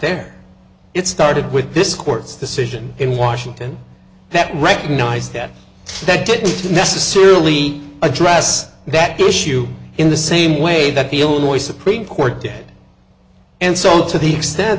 there it started with this court's decision in washington that recognized that that didn't necessarily address that issue in the same way that the illinois supreme court did and so to the extent